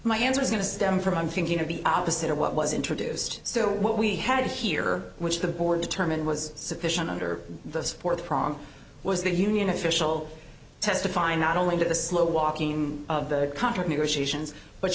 my answer is going to stem from i'm thinking of the opposite of what was introduced so what we had here which the board determined was sufficient under the support prom was the union official testify not only to the slow walking of the contract negotiations but